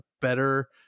better